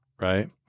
right